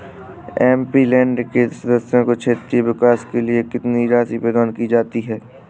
MP land के सदस्यों को क्षेत्रीय विकास के लिए कितनी राशि प्रदान की जाती है?